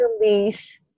release